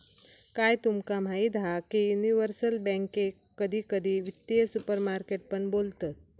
काय तुमका माहीत हा की युनिवर्सल बॅन्केक कधी कधी वित्तीय सुपरमार्केट पण बोलतत